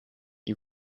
you